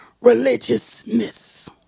religiousness